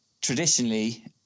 traditionally